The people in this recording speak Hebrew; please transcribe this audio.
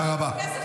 תודה רבה.